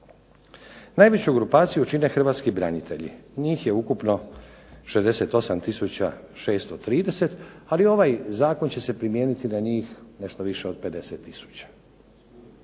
Najveću grupaciju čine Hrvatski branitelji njih je ukupno 68 tisuća 630 ali ovaj Zakon će se primijeniti na njih nešto više od 50